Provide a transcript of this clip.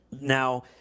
Now